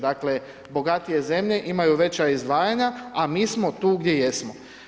Dakle, bogatije zemlje imaju veća izdvajanja a mi smo tu gdje jesmo.